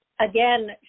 Again